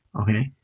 Okay